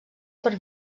per